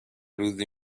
روزی